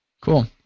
Cool